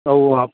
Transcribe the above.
ஓ